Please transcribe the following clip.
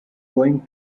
going